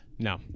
No